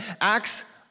Acts